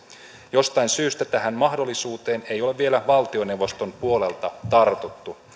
jostain syystä tähän mahdollisuuteen ei ole vielä valtioneuvoston puolelta tartuttu